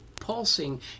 pulsing